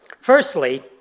Firstly